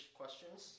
questions